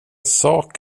sak